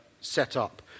set-up